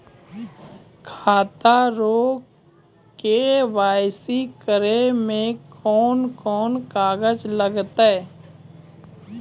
खाता रो के.वाइ.सी करै मे कोन कोन कागज लागतै?